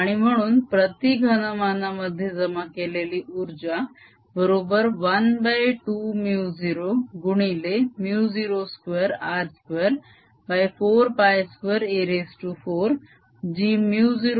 आणि म्हणून प्रती घनामना मध्ये जमा केलेली उर्जा बरोबर 120गुणिले 02r242a4 जी 082a4r2 इतकी मिळेल